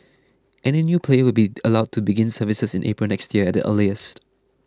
any new player will be allowed to begin services in April next year at the earliest